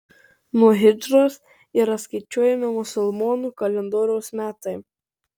nuo hidžros yra skaičiuojami musulmonų kalendoriaus metai